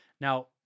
Now